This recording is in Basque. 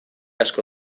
asko